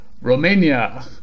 Romania